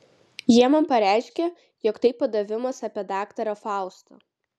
jie man pareiškė jog tai padavimas apie daktarą faustą